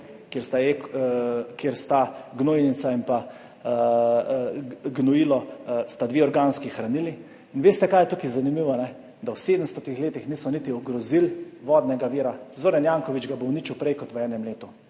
kjer sta gnojnica in gnojilo dve organski hranili. In veste, kaj je tukaj zanimivo? Da v 700 letih niso niti ogrozili vodnega vira. Zoran Janković ga bo uničil prej kot v enem letu,